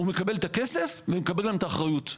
הוא מקבל את הכסף והוא מקבל גם את האחריות.